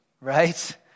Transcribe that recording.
Right